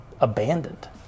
abandoned